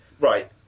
Right